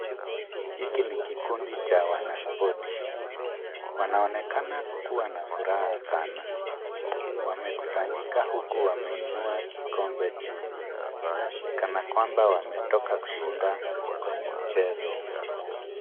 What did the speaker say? Hiki ni kikundi cha wanaspoti. Wanaonekana kuwa na furaha sana. Wamekusanyika huku wameinua kikombe juu, ni kana kwamba wametoka kushinda kwenye mchezo.